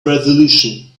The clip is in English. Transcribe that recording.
resolution